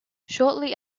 shortly